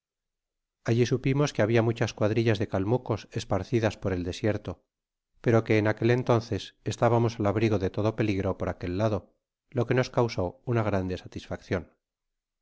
alli supimos que habia muchas cuadrillas de kalmucos esparcidas por el desierto pero que en aquel entonces estábamos al abrigo de todo peligro por aquel lado lo que nos causó una grande satisfaccion